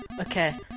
Okay